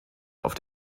auf